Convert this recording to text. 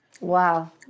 Wow